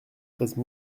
treize